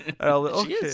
Okay